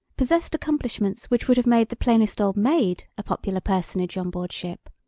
possessed accomplishments which would have made the plainest old maid a popular personage on board ship.